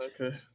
okay